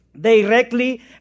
directly